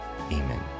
Amen